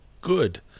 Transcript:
good